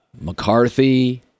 McCarthy